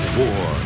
war